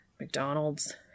McDonald's